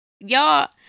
y'all